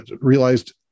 realized